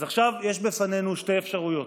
אז עכשיו יש בפנינו שתי אפשרויות.